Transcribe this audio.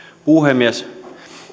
puhemies